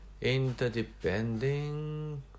interdependent